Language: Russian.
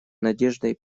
надеждой